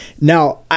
Now